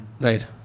right